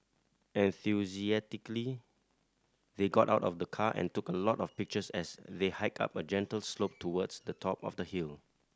enthusiastically they got out of the car and took a lot of pictures as they hiked up a gentle slope towards the top of the hill